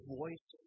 voice